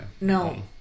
No